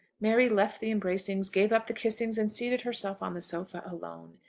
mary left the embracings, gave up the kissings, and seated herself on the sofa alone.